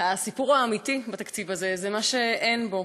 הסיפור האמיתי בתקציב הזה זה מה שאין בו,